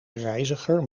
reiziger